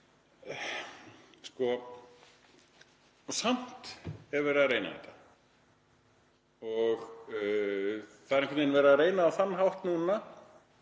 Samt er verið að reyna þetta og það er einhvern veginn verið að reyna þetta á þann hátt núna